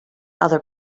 other